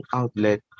outlet